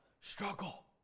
struggle